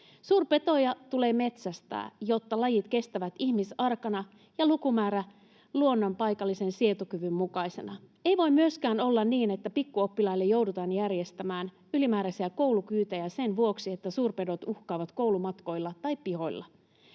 Suurpetoja tulee metsästää, jotta lajit kestävät ihmisarkoina ja lukumäärä luonnon paikallisen sietokyvyn mukaisena. Ei voi myöskään olla niin, että pikkuoppilaille joudutaan järjestämään ylimääräisiä koulukyytejä sen vuoksi, että suurpedot uhkaavat koulumatkoilla tai pihoilla.